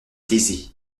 thésée